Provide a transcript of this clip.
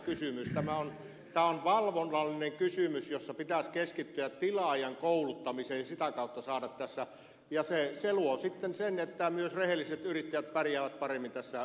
tämä on valvonnallinen kysymys jossa pitäisi keskittyä tilaajan kouluttamiseen ja sitä kautta se luo sitten sen että myös rehelliset yrittäjät pärjäävät paremmin kilpailussa mukana